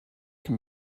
can